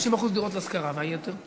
30% זה דירות להשכרה, והיתר?